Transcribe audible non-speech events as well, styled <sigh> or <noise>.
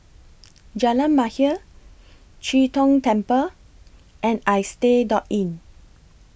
<noise> Jalan Mahir Chee Tong Temple and Istay Door Inn